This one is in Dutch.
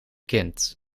kind